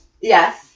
Yes